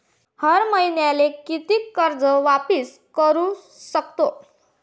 हर मईन्याले कितीक कर्ज वापिस करू सकतो?